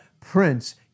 Prince